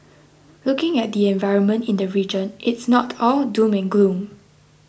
looking at the environment in the region it's not all doom and gloom